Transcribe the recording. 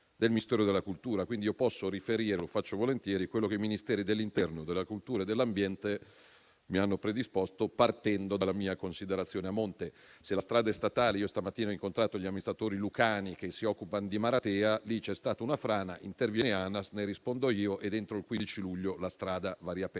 del Ministero della cultura. Io posso pertanto riferire - e lo faccio volentieri - quello che i Ministeri dell'interno, della cultura e dell'ambiente mi hanno predisposto. La mia considerazione, a monte, è che se la strada è statale - stamattina ho incontrato gli amministratori lucani che si occupano di Maratea, dove c'è stata una frana - interviene Anas, ne rispondo io ed entro il 15 luglio la strada va riaperta.